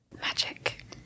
Magic